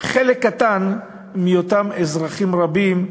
חלק קטן מאותם אזרחים רבים,